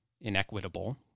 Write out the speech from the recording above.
inequitable